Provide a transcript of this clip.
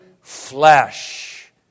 flesh